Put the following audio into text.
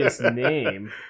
name